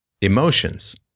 Emotions